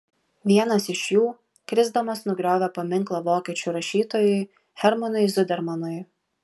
vienas iš jų krisdamas nugriovė paminklą vokiečių rašytojui hermanui zudermanui